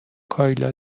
کایلا